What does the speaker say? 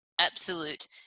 absolute